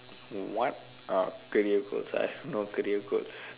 what are career goals I have no career goals